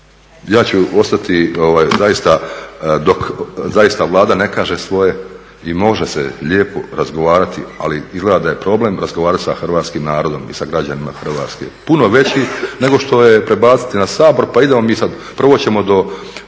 Ja ću ostati dok zaista Vlada ne kaže svoje i može se lijepo razgovarati ali izgleda je problem razgovarati sa hrvatskim narodom i sa građanima Hrvatske, puno veći nego što je prebaciti na Sabor pa idemo mi sada, prvo ćemo do